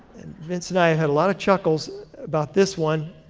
vince and i had a lot of chuckles about this one.